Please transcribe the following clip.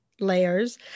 layers